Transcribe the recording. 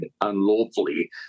unlawfully